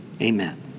amen